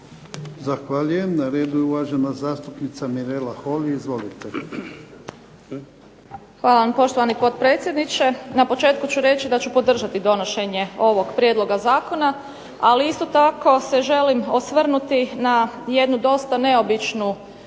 Hvala vam poštovani potpredsjedniče. Na početku ću reći da ću podržati donošenje ovog prijedloga zakona, ali isto tako se želim osvrnuti na jednu dosta neobičnu